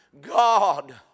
God